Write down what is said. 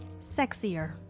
sexier